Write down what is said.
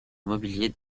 mobilier